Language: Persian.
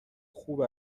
خوب